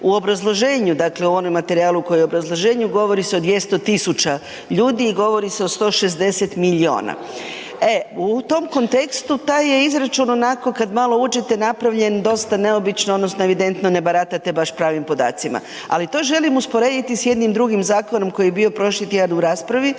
U obrazloženju, dakle u onom materijalu koji je obrazloženje, govori se o 200 tisuća ljudi i govori se o 160 milijuna. E, u tom kontekstu taj je izračun onako kad malo uđete, napravljen dosta neobično, odnosno evidentno ne baratate baš pravim podacima. Ali, to želim usporediti s jednim drugim zakonom koji je bio prošli tjedan u raspravi,